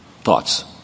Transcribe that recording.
Thoughts